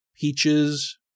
peaches